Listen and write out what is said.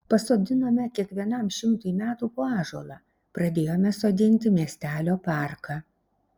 pasodinome kiekvienam šimtui metų po ąžuolą pradėjome sodinti miestelio parką